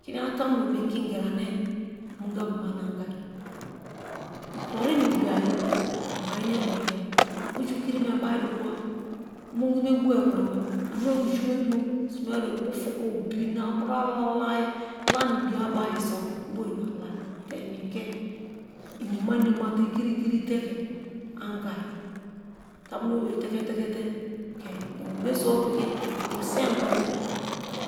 Kini yana tamunobe kinge ane omongia pu me na angaị ị kọrị na ibi-ayi ị ƀari ene koriya. Oju-kiri mē bari dukuwa omongime bue brame ane oju me bio bufuka obi na bralalai laa na ibiya yẹ sọ bȯ iria lai te ị ke inema-nema te kiri-kiri ṯe ḵe angai tamunobe teke-tere tẹ oribe şo piki ị na osin bra me